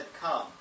come